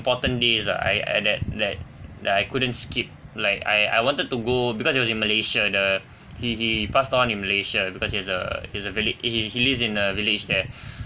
important days lah I I that that that I couldn't skip like I I wanted to go because it was in malaysia the he he passed on in malaysia because he was a he's a village he he lives in a village there